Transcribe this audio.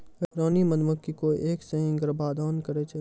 रानी मधुमक्खी कोय एक सें ही गर्भाधान करै छै